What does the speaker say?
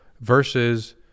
versus